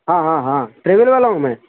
ہاں ہاں ہاں ٹریول والا ہوں میں